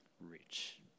rich